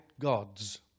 gods